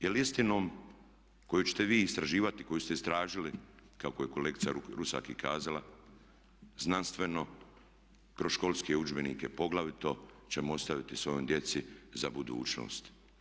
Jer istinom koju ćete vi istraživati i koju ste istražili kako je kolegica Rusak i kazala znanstveno kroz školske udžbenike poglavito ćemo ostaviti svojoj djeci za budućnost.